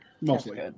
mostly